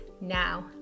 Now